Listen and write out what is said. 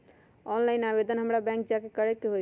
Online आवेदन हमरा bank जाके करे के होई?